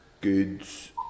goods